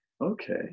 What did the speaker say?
Okay